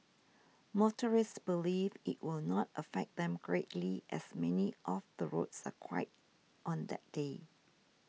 motorists believe it will not affect them greatly as many of the roads are quiet on that day